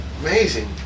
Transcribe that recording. Amazing